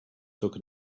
took